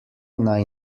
naj